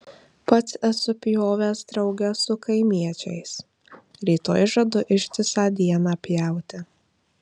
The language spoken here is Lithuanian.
pats esu pjovęs drauge su kaimiečiais rytoj žadu ištisą dieną pjauti